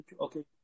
Okay